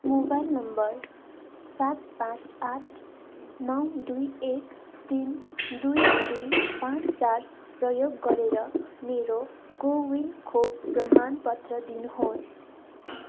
mobile number सात पाँच आठ नौ दुई एक तिन दुई दुई पाँच चार प्रयोग गरेर मेरो को विन खोप प्रमाणपत्र दिनुहोस्